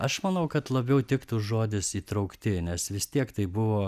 aš manau kad labiau tiktų žodis įtraukti nes vis tiek tai buvo